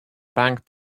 bank